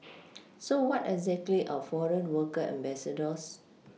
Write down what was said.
so what exactly are foreign worker ambassadors